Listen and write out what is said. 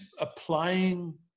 applying